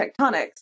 tectonics